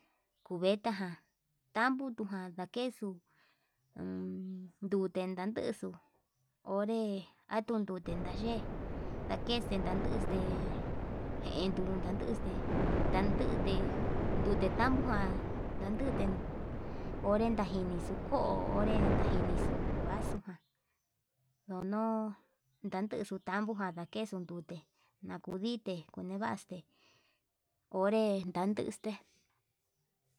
Cubeta jan tambo tu ján ndakexuu ummm ndute ndakexu onre atun ndute nayee, ndakexe ndanduxe jende nanduxe nde ndandute ndute tambo ján ndanduu onre tajinixu, xuu ko'o onre tajinixu vaxuu dono'o ndandu xuu tambo ján ndakexu ndute, nakudite kunevaxte onre ndan nduxte.